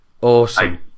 awesome